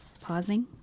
pausing